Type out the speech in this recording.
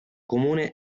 comune